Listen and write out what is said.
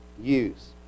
use